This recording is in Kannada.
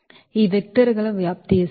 ಆದ್ದರಿಂದ ಈ vector ಗಳ ವ್ಯಾಪ್ತಿ ಎಷ್ಟು